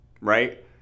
right